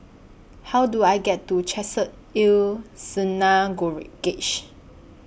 How Do I get to Chesed El